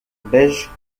beige